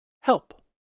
help